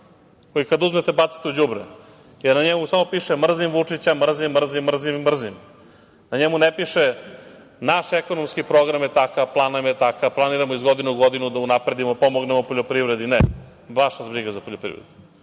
koji kad uzmete bacite u đubre, jer na njemu samo piše - mrzim Vučića, mrzim, mrzim, mrzim. Na njemu ne piše - naš ekonomski program je takav, plan nam je takav, planiramo iz godine u godinu da unapredimo, pomognemo poljoprivredi. Ne, baš vas briga za poljoprivredu,